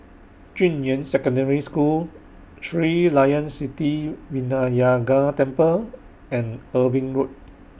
Junyuan Secondary School Sri Layan Sithi Vinayagar Temple and Irving Road